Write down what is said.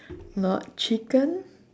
not chicken